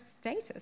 status